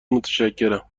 متشکرم